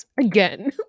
again